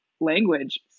language